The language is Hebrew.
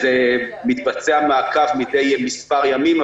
מתבצע מעקב מידי מספר ימים.